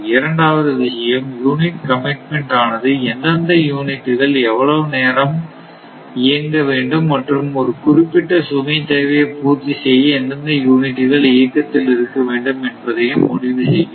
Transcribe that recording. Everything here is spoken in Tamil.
இரண்டாவது விஷயம் யூனிட் கமிட்மென்ட் ஆனது எந்தெந்த யூனிட்டுகள் எவ்வளவு நேரம் இயங்க வேண்டும் மற்றும் ஒரு குறிப்பிட்ட சுமை தேவையை பூர்த்தி செய்ய எந்தெந்த யூனிட்டுகள் இயக்கத்தில் இருக்க வேண்டும் என்பதையும் முடிவு செய்யும்